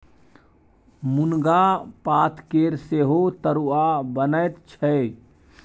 मुनगा पातकेर सेहो तरुआ बनैत छै